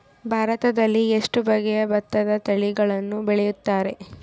ಭಾರತದಲ್ಲಿ ಎಷ್ಟು ಬಗೆಯ ಭತ್ತದ ತಳಿಗಳನ್ನು ಬೆಳೆಯುತ್ತಾರೆ?